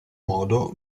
modo